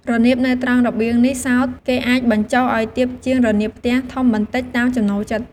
រនាបនៅត្រង់របៀងនេះសោត គេអាចបញ្ចុះឱ្យទាបជាងរនាបផ្ទះធំបន្តិចតាមចំណូលចិត្ត។